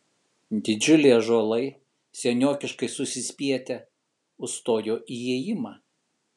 didžiuliai ąžuolai seniokiškai susispietę užstojo įėjimą